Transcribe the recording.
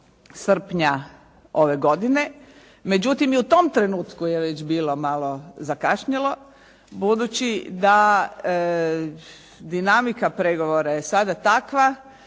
srpnja ove godine, međutim i u tom trenutku je već bilo malo zakašnjelo budući da dinamika pregovora je sada takva